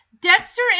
Dexter